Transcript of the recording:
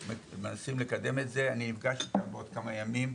שמנסים לקדם את זה, אני נפגש איתם בעוד כמה ימים,